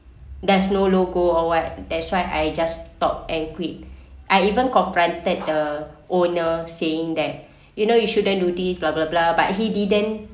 there's no logo or what that's why I just stop and quit I even confronted the owner saying that you know you shouldn't do this blah blah blah but he didn't